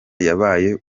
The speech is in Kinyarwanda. yabaye